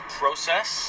process